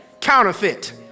Counterfeit